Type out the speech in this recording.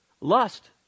lust